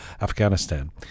Afghanistan